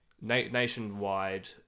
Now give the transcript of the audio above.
Nationwide